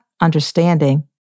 understanding